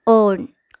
on